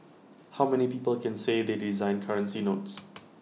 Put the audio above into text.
how many people can say they designed currency notes